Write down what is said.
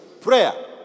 prayer